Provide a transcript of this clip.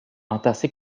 entassés